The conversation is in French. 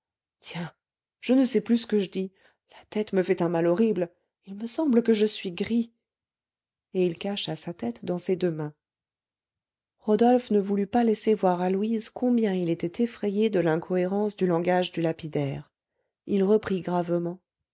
tiens je ne sais plus ce que je dis la tête me fait un mal horrible il me semble que je suis gris et il cacha sa tête dans ses deux mains rodolphe ne voulut pas laisser voir à louise combien il était effrayé de l'incohérence du langage du lapidaire il reprit gravement